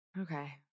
Okay